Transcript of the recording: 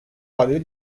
vadeli